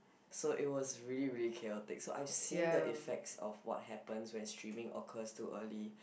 so it was really really chaotic so I have seen the effect of what happened when streaming occurs too early